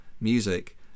music